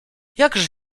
jakże